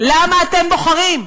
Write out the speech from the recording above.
למה אתם בוחרים?